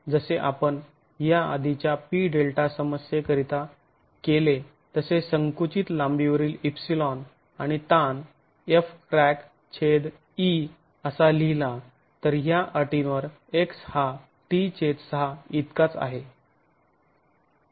जसे आपण याआधीच्या P डेल्टा समस्येकरिता केले तसे संकुचित लांबीवरील ε आणि ताण fcrackE असा लिहिला तर ह्या अटींवर x हा t6 इतकाच आहे